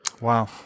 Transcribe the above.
Wow